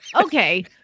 Okay